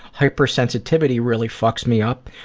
hypersensitivity really fucks me up,